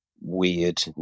weird